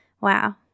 Wow